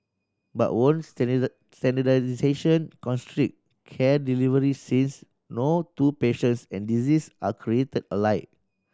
but won't standardisation constrict care delivery since no two patients and disease are created alike